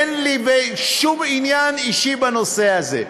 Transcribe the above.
אין לי שום עניין אישי בנושא הזה.